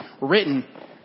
Written